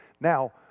Now